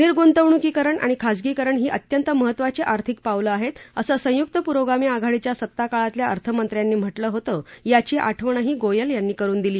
निर्ग्तवणूकीकरण आणि खाजगीकरण ही अत्यंत महत्त्वाची आर्थिक पावलं आह्तीअसं संयुक्त पुरोगामी आघाडीच्या सत्ताकाळातल्या अर्थमंत्र्यांनी म्हटलं होतं याची आठवणही गोयल यांनी करुन दिली